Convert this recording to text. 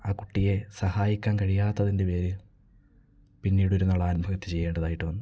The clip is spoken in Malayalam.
ആ കുട്ടിയെ സഹായിക്കാൻ കഴിയാത്തതിൻ്റെ പേരിൽ പിന്നീട് ഒരു നാൾ ആത്മഹത്യ ചെയ്യേണ്ടതായിട്ട് വന്നു